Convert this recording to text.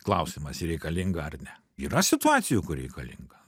klausimas reikalinga ar ne yra situacijų kur reikalinga